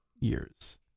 years